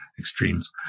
extremes